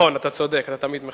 נכון, אתה צודק, אתה תמיד מחייך.